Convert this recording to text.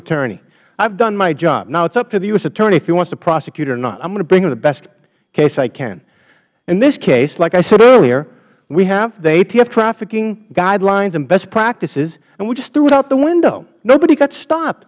attorney i've done my job now it's up to the u s attorney if he wants to prosecute it or not i'm going to bring him the best case i can in this case like i said earlier we have the atf trafficking guidelines and best practices and we just threw it out the window nobody got stopped